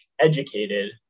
educated